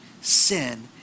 sin